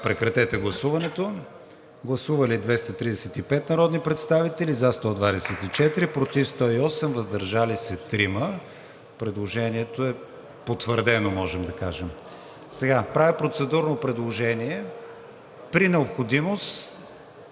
Режим на гласуване. Гласували 235 народни представители: за 124, против 108, въздържали се 3. Предложението е потвърдено, можем да кажем. Сега правя процедурно предложение, при необходимост